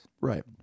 right